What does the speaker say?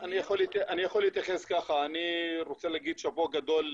אני רוצה להגיד שאפו גדול,